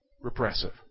repressive